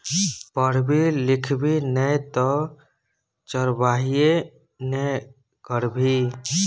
पढ़बी लिखभी नै तँ चरवाहिये ने करभी